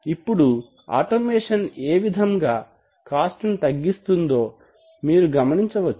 ఇప్పుడు ఆటోమేషన్ ఏ విధముగా కాస్ట్ ని తగ్గిస్తుందో మీరు గమనించవచ్చు